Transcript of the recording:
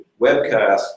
webcast